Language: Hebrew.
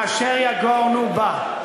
אשר יגורנו בא.